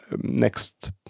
next